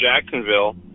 jacksonville